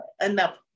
enough